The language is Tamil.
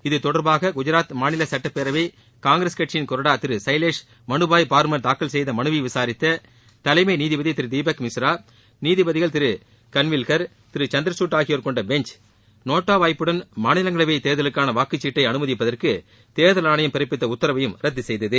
இத்தொடர்பாக குஜாத் மாநில சட்டப்பேரவை காங்கிரஸ் கட்சியின் கொறடா திரு சைலேஷ் மனுபாய் பார்மர் தூக்கல் செய்த மனுவை விசாரித்த தலைமை நீதிபதி திரு தீபக் மிஸ்ரா நீதிபதிகள் திரு கன்வில்கர் திரு சந்திரகுட் ஆகியோர் கொண்ட பெஞ்ச் நோட்டா வாய்ப்புடன் மாநிலங்களவை தேர்தலுக்கான வாக்குச்சீட்டை அனுமதிப்பதற்கு தேர்தல் ஆணையம் பிறப்பித்த உத்தரவையும் ரத்து செய்தது